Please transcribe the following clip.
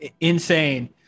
Insane